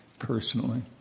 personally?